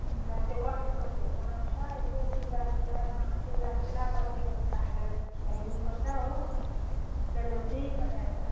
अन्त त्यो कर्चीमर्चीहरू बनाउनुपर्छ यसो चिउरा सिउरामा चिउरा कर्चीमर्चीमा हालेर खिलाइदिनुपर्छ हो सेलरोटी भइहाल्छ